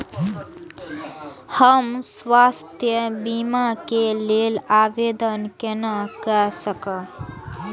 हम स्वास्थ्य बीमा के लेल आवेदन केना कै सकब?